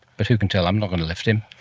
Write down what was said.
but who can tell, i'm not going to lift him!